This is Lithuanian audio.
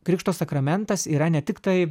krikšto sakramentas yra ne tik tai